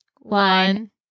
one